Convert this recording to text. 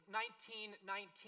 1919